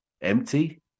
empty